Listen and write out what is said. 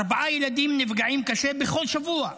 ארבעה ילדים נפגעים קשה בכל שבוע.